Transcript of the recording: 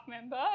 member